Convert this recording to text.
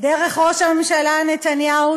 דרך ראש הממשלה נתניהו,